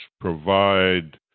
provide